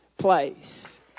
Place